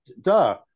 duh